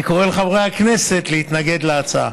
אני קורא לחברי הכנסת להתנגד להצעה.